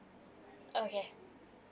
okay